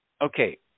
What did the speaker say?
Okay